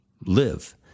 live